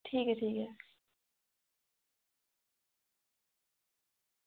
ठीक ऐ ठीक ऐ